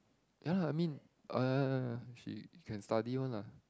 ya lah I mean uh she can study one lah